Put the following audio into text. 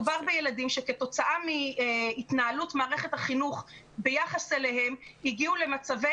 מדובר בילדים שכתוצאה מהתנהלות מערכת החינוך ביחס אליהם הגיעו למצבי